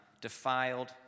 defiled